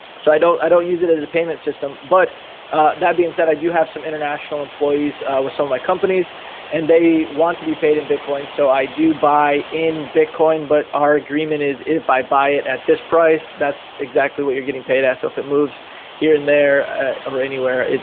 so, i don't i don't use it as a payment system, but that means that i do have some international employees, so my companies and they want to be paid in bitcoin. so i do buy in bitcoin, but our agreement is if i buy it at this price, that's exactly what you're getting paid. ah so if it moves here and there or anywhere,